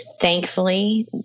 thankfully